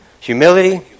humility